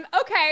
okay